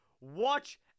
Watch